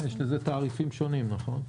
יש לזה תעריפים שונים, נכון?